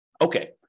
Okay